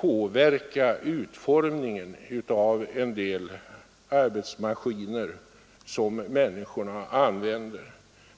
påverka utformningen av en del arbetsmaskiner som människorna använder.